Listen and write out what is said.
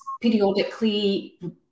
periodically